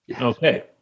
Okay